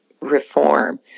reform